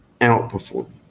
outperform